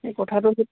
এই কথাটো